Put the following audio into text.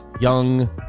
young